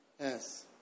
Yes